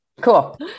Cool